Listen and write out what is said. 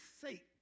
sake